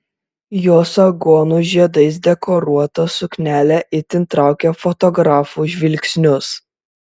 jos aguonų žiedais dekoruota suknelė itin traukė fotografų žvilgsnius